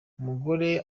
umugore